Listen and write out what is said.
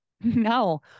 No